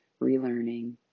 relearning